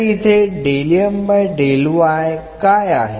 तर इथे काय आहे